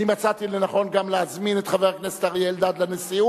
אני מצאתי לנכון גם להזמין את חבר הכנסת אריה אלדד לנשיאות,